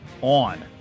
on